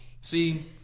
see